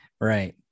right